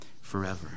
forever